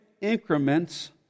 increments